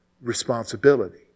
responsibility